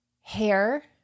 Hair